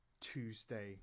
Tuesday